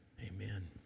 Amen